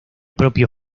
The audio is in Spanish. propio